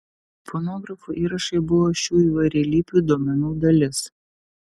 fonografo įrašai buvo šių įvairialypių duomenų dalis